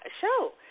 show